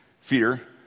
fear